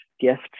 gifts